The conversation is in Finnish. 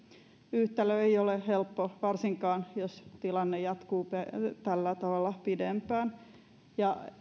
yhtälö ei ole helppo varsinkaan jos tilanne jatkuu tällä tavalla pidempään ja